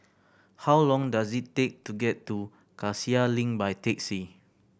how long does it take to get to Cassia Link by taxi